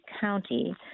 county